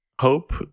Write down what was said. hope